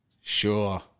sure